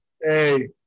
Hey